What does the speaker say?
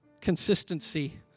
consistency